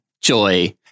Joy